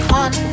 one